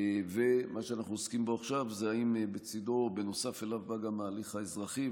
ומה שאנחנו עוסקים בו עכשיו הוא השאלה אם נוסף עליו בא ההליך האזרחי.